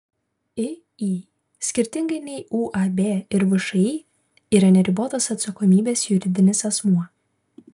iį skirtingai nei uab ir všį yra neribotos atsakomybės juridinis asmuo